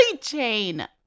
chain